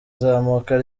zamuka